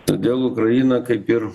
todėl ukraina kaip ir